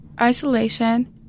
isolation